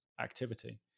activity